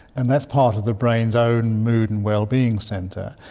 and that's part of the brain's own mood and wellbeing centre.